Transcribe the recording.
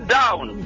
down